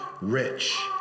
rich